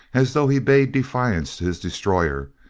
as though he bade defiance to his destroyer,